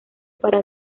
para